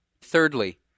Thirdly